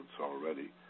already